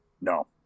no